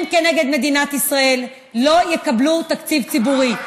כנגד מדינת ישראל לא יקבלו תקציב ציבורי.